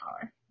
power